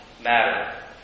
matter